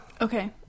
Okay